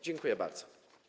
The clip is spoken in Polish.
Dziękuję bardzo.